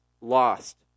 lost